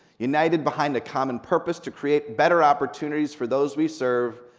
united behind a common purpose to create better opportunities for those we serve,